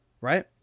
right